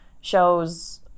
shows